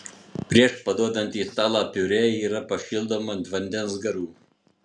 prieš paduodant į stalą piurė yra pašildoma ant vandens garų